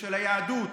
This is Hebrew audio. של היהדות,